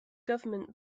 government